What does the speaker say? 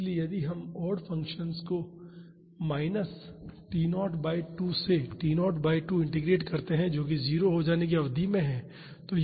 इसलिए यदि हम ओड फंक्शन को माइनस t0 बाई 2 से t0 बाई 2 इंटीग्रेट करते हैं जो कि 0 हो जाने की अवधि में है